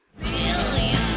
Billion